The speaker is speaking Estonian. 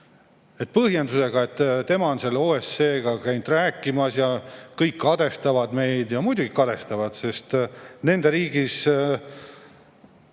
Põhjendus oli, et tema on selle OSCE‑ga käinud rääkimas ja kõik kadestavad meid. Muidugi kadestavad, sest nende riigis